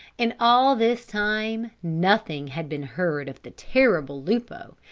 in all this time, nothing had been heard of the terrible lupo,